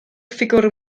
ffigwr